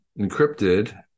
encrypted